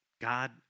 God